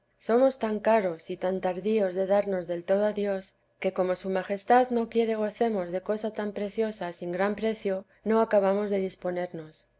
somos tan caros y tan tardíos de darnos del todo a dios que como su majestad no quiere gocemos de cosa tan preciosa sin gran precio no acabamos de disponernos